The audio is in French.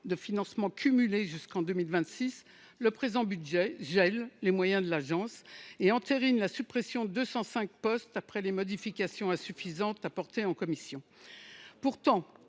de financements cumulés jusqu’en 2026, le présent projet de budget gèle les moyens de l’agence et entérine la suppression de 205 postes, après les modifications insuffisantes apportées en commission. Pourtant,